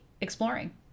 exploring